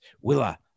Willa